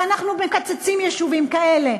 ואנחנו מקצצים יישובים כאלה?